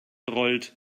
rollt